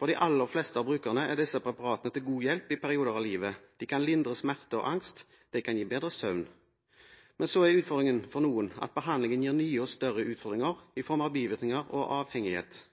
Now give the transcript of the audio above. For de aller fleste av brukerne er disse preparatene til god hjelp i perioder av livet. De kan lindre smerte og angst, de kan gi bedre søvn, men så er utfordringen for noen at behandlingen gir nye og større utfordringer i form av bivirkninger og avhengighet.